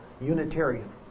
Unitarian